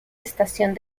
estación